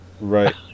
Right